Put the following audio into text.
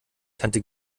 tante